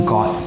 God